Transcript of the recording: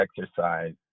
exercise